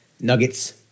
nuggets